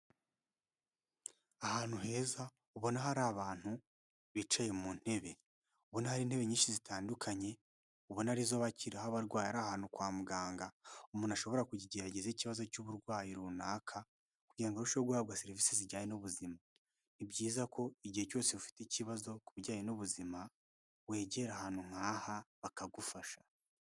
Ahantu heza ubona hari abantu bicaye mu ntebe, ubona hari intebe nyinshi zitandukanye, ubona arizo bakiriraho abarwaye ari ahantu kwa muganga, umuntu ashobora kugerageza ikibazo cy'uburwayi runaka, kugira ngo arusheho guhabwa serivisi zijyanye n'ubuzima, ni byiza ko igihe cyose ufite ikibazo ku bijyanye n'ubuzima wegera ahantu nk'aha bakagufasha.